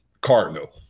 Cardinal